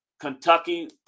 Kentucky